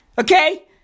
Okay